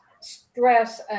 stress